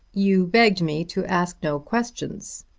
you begged me to ask no questions,